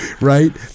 Right